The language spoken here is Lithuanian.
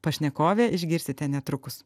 pašnekovė išgirsite netrukus